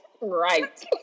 right